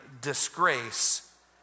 disgrace